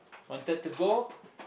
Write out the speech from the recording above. wanted to go